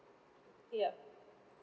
yup